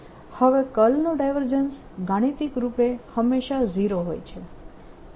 હવે કર્લનું ડાયવર્જન્સ ગાણિતિક રૂપે હંમેશા 0 હોય છે